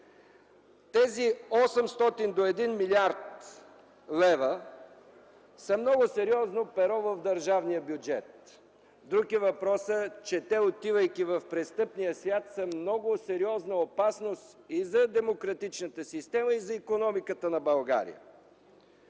милиона до 1 млрд. лв. са много сериозно перо в държавния бюджет. Друг е въпросът, че те, отивайки в престъпния свят, са много сериозна опасност и за демократичната система, и за икономиката на България.